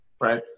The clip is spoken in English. right